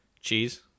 Cheese